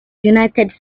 united